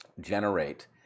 generate